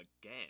again